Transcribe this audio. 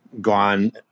gone –